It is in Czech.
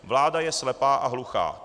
Vláda je slepá a hluchá.